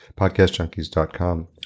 podcastjunkies.com